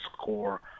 score